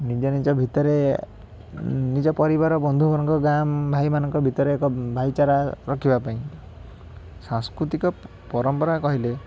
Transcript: ନିଜ ନିଜ ଭିତରେ ନିଜ ପରିବାର ବନ୍ଧୁବର୍ଗ ଗାଁ ଭାଇମାନଙ୍କ ଭିତରେ ଏକ ଭାଇଚାରା ରଖିବାପାଇଁ ସାଂସ୍କୃତିକ ପରମ୍ପରା କହିଲେ